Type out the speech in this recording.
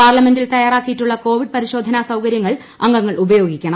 പാർലമെന്റിൽ തയ്യാറാക്കിയിട്ടുള്ള കോവിഡ് പരിശോധനാ സൌകര്യങ്ങൾ അംഗങ്ങൾ ഉപയോഗിക്കണം